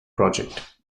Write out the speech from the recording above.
project